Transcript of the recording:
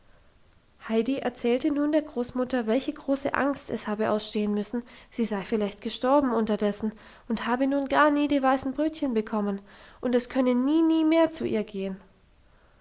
heidi erzählte nun der großmutter welche große angst es habe ausstehen müssen sie sei vielleicht gestorben unterdessen und habe nun gar nie die weißen brötchen bekommen und es könne nie nie mehr zu ihr gehen